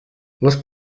les